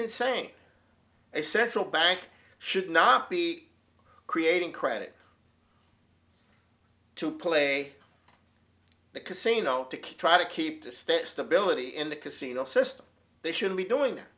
insane a central bank should not be creating credit to play the casino to try to keep the states the ability in the casino system they should be doing the